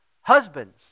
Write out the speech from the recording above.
Husbands